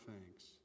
thanks